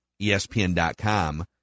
ESPN.com